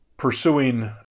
Pursuing